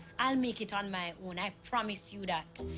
i'll make it on my own. i promise you that.